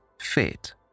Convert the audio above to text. fit